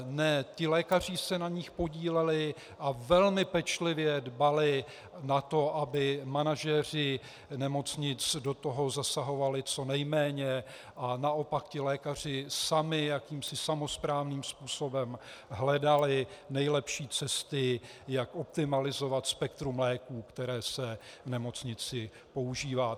Ne, ti lékaři se na nich podíleli a velmi pečlivě dbali o to, aby manažeři nemocnic do toho zasahovali co nejméně, a naopak lékaři sami jakýmsi samosprávným způsobem hledali nejlepší cesty, jak optimalizovat spektrum léků, které se v nemocnici používá.